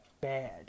bad